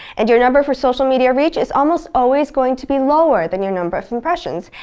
and your number for social media reach is almost always going to be lower than your number of impressions,